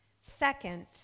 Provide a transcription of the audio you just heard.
Second